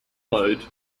load